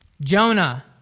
Jonah